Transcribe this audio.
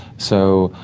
so,